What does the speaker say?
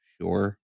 Sure